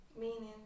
meaning